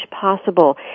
possible